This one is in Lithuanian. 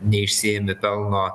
neišsiimi pelno